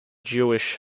jewish